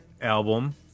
album